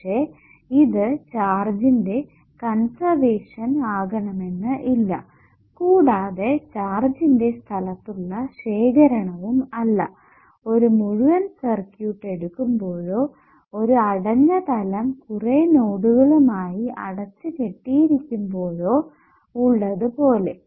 പക്ഷെ ഇത് ചാർജിന്റെ കൺസേർവഷൻ ആകണമെന്ന് ഇല്ല കൂടാതെ ചാർജിന്റെ സ്ഥലത്തുള്ള ശേഖരണവും അല്ല ഒരു മുഴുവൻ സർക്യൂട്ട് എടുക്കുമ്പോഴോ ഒരു അടഞ്ഞ തലം കുറെ നോഡുകളുമായി അടച്ചു കെട്ടിയിരിക്കുമ്പോഴോ ഉള്ളത് പോലെ